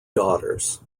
daughters